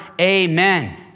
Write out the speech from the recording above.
amen